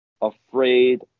afraid